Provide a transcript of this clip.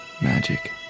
magic